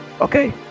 Okay